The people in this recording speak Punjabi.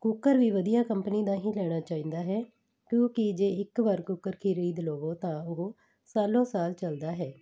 ਕੁੱਕਰ ਵੀ ਵਧੀਆ ਕੰਪਨੀ ਦਾ ਹੀ ਲੈਣਾ ਚਾਹੀਦਾ ਹੈ ਕਿਉਂਕਿ ਜੇ ਇੱਕ ਵਾਰ ਕੁੱਕਰ ਖ਼ਰੀਦ ਲਵੋ ਤਾਂ ਉਹ ਸਾਲੋ ਸਾਲ ਚੱਲਦਾ ਹੈ